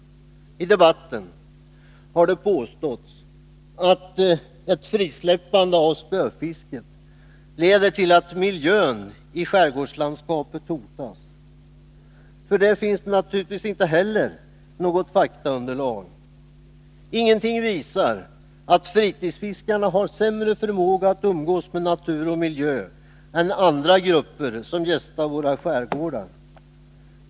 I debatten har det påståtts att ett frisläppande av spöfisket leder till att miljön i skärgårdslandskapet hotas. För detta finns naturligtvis inte heller något faktaunderlag. Ingenting visar att fritidsfiskarna har sämre förmåga att umgås med natur och miljö än andra grupper som gästar våra skärgårdar.